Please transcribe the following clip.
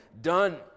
done